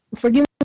forgive